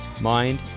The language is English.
mind